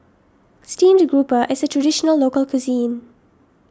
Steamed Grouper is a Traditional Local Cuisine